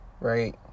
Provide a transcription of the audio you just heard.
right